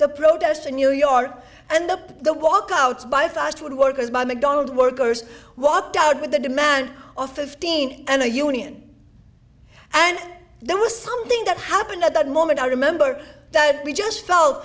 the protests in new york and the the walkout by fast food workers by mcdonald workers walked out with a demand of fifteen and a union and there was something that happened at that moment i remember that we just felt